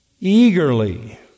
eagerly